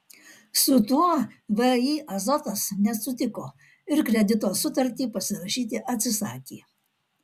su tuo vį azotas nesutiko ir kredito sutartį pasirašyti atsisakė